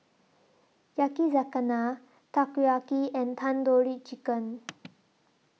Yakizakana Takoyaki and Tandoori Chicken